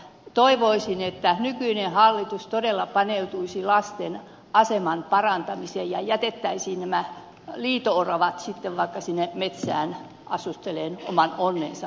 toivoisin että nykyinen hallitus todella paneutuisi lasten aseman parantamiseen ja jätettäisiin nämä liito oravat sitten vaikka sinne metsään asustelemaan oman onnensa nojaan